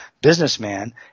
businessman